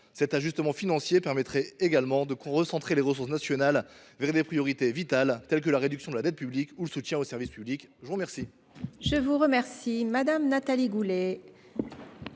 Cet ajustement financier permettrait également de recentrer les ressources nationales vers nos objectifs vitaux, comme la réduction de la dette publique et le soutien aux services publics. L’amendement